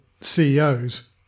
CEOs